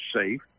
safe